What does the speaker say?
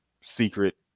secret